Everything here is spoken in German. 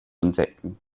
insekten